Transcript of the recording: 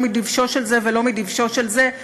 לא מדבשו של זה ולא מדבשו של זה,